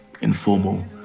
informal